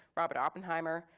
robert oppenheimer,